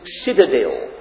citadel